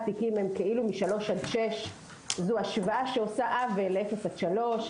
תיקים הם כאילו משלוש עד שש זו השוואה שעושה עוול לאפס עד שלוש.